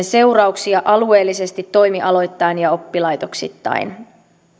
vähentymisen seurauksia alueellisesti toimialoittain ja oppilaitoksittain